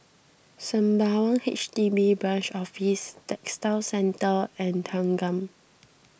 Sembawang H D B Branch Office Textile Centre and Thanggam